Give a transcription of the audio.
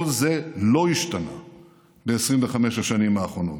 כל זה לא השתנה ב-25 השנים האחרונות.